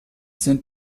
sind